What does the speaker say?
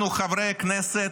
אנחנו, חברי הכנסת,